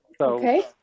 Okay